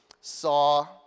saw